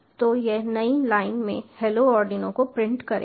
तो यह नई लाइन में हैलो आर्डिनो को प्रिंट करेगा